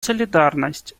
солидарность